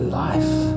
life